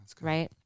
right